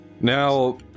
Now